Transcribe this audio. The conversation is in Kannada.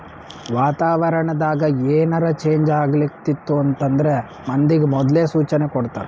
ವಾತಾವರಣ್ ದಾಗ್ ಏನರೆ ಚೇಂಜ್ ಆಗ್ಲತಿತ್ತು ಅಂದ್ರ ಮಂದಿಗ್ ಮೊದ್ಲೇ ಸೂಚನೆ ಕೊಡ್ತಾರ್